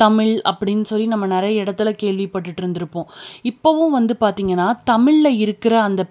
தமிழ் அப்படின்னு சொல்லி நம்ம நிறைய இடத்துல கேள்விப்பட்டுட்டு இருந்துருப்போம் இப்போவும் வந்து பார்த்திங்கன்னா தமிழில் இருக்கிற அந்த